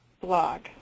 blog